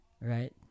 right